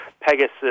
Pegasus